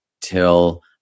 till